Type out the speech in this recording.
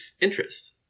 interest